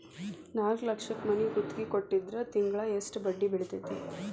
ನಾಲ್ಕ್ ಲಕ್ಷಕ್ ಮನಿ ಗುತ್ತಿಗಿ ಕೊಟ್ಟಿದ್ರ ತಿಂಗ್ಳಾ ಯೆಸ್ಟ್ ಬಡ್ದಿ ಬೇಳ್ತೆತಿ?